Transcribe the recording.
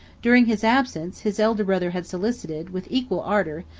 during his absence, his elder brother had solicited, with equal ardor,